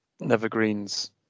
Nevergreen's